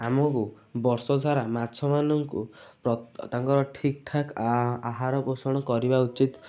ଆମକୁ ବର୍ଷସାରା ମାଛମାନଙ୍କୁ ତାଙ୍କର ଠିକ୍ ଠାକ୍ ଆହାର ପୋଷଣ କରିବା ଉଚିତ